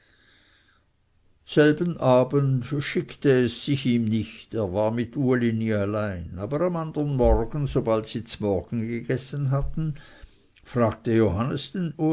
selben abend schickte es sich ihm nicht er war mit uli nie allein aber am andern morgen sobald sie zmorgen gegessen hatten fragte johannes